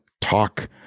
talk